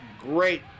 great